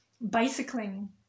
bicycling